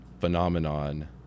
phenomenon